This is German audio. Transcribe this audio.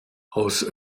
aus